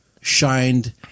shined